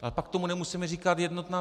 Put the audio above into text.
Ale pak tomu nemusíme říkat jednotná...